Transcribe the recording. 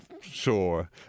Sure